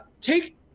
take